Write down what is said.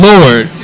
Lord